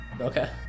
Okay